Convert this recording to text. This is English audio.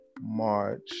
March